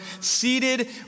seated